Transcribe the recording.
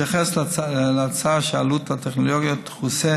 בהתייחס להצעה שעלות הטכנולוגיה תכוסה